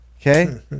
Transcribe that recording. okay